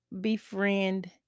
befriend